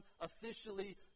officially